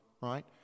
right